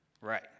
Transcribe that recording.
Right